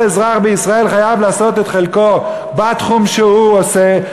כל אזרח בישראל חייב לעשות את חלקו בתחום שהוא עושה.